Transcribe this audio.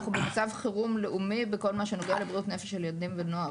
אנחנו במצב חירום לאומי בכל מה שנוגע לבריאות נפש של ילדים ונוער.